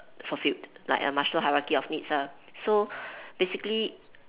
fulfilled like a maslow hierarchy of needs lah so basically